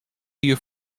jier